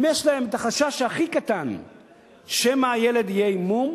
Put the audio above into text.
אם יש להם החשש הכי קטן שמא הילד יהיה עם מום,